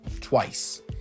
Twice